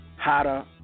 hotter